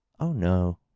oh, no.